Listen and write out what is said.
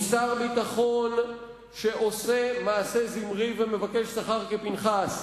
הוא שר ביטחון שעושה מעשה זמרי ומבקש שכר כפנחס.